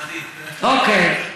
אוקיי.